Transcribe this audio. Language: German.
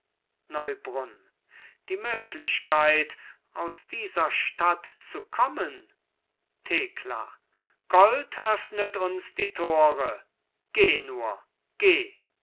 neubrunn die möglichkeit aus dieser stadt zu kommen thekla gold öffnet uns die tore geh nur geh